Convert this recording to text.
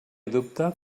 dubte